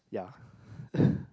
yeah